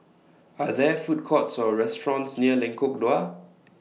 Are There Food Courts Or restaurants near Lengkok Dua